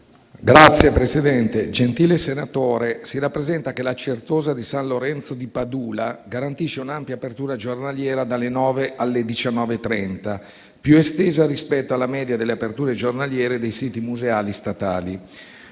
la cultura*. Gentili senatori, si rappresenta che la Certosa di San Lorenzo di Padula garantisce un'ampia apertura giornaliera dalle ore 9 alle ore 19,30, più estesa rispetto alla media delle aperture giornaliere dei siti museali statali.